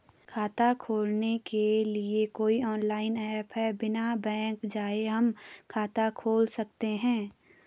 खाता खोलने के लिए कोई ऑनलाइन ऐप है बिना बैंक जाये हम खाता खोल सकते हैं?